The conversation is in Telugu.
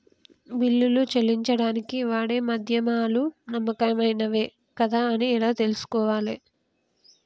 బిల్లులు చెల్లించడానికి వాడే మాధ్యమాలు నమ్మకమైనవేనా కాదా అని ఎలా తెలుసుకోవాలే?